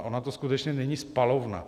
Ona to skutečně není spalovna.